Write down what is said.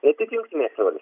ne tik jungtinėse vals